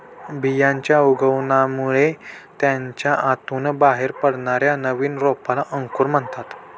बियांच्या उगवणामुळे त्याच्या आतून बाहेर पडणाऱ्या नवीन रोपाला अंकुर म्हणतात